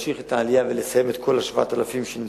על מנת להמשיך את העלייה ולסיים להעלות את כל ה-7,000 שנמצאים.